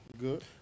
good